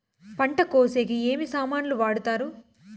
పంట కోసేకి ఏమి సామాన్లు వాడుతారు?